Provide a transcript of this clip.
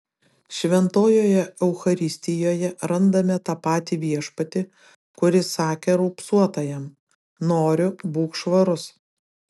šventojoje eucharistijoje randame tą patį viešpatį kuris sakė raupsuotajam noriu būk švarus